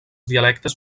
dialectes